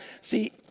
See